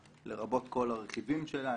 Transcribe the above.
לרבות כל הרכיבים שלה.